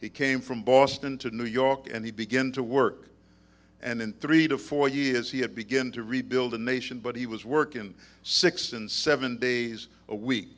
he came from boston to new york and he begin to work and in three to four years he had begin to rebuild a nation but he was working six and seven days a week